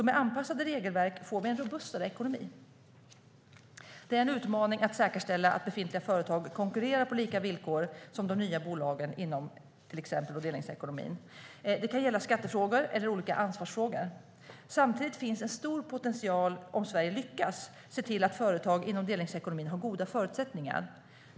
Med anpassade regelverk får vi en robustare ekonomi. Det är en utmaning att säkerställa att befintliga företag konkurrerar på lika villkor som de nya bolagen inom till exempel delningsekonomin. Det kan gälla skattefrågor eller olika ansvarsfrågor. Samtidigt finns det en stor potential om Sverige lyckas se till att företag inom delningsekonomin har goda förutsättningar.